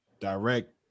direct